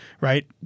right